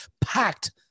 packed